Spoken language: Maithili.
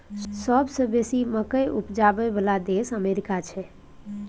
सबसे बेसी मकइ उपजाबइ बला देश अमेरिका छै